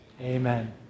Amen